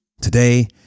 today